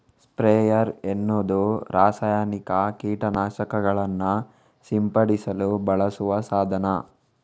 sprayer ಅನ್ನುದು ರಾಸಾಯನಿಕ ಕೀಟ ನಾಶಕಗಳನ್ನ ಸಿಂಪಡಿಸಲು ಬಳಸುವ ಸಾಧನ